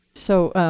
so